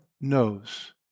knows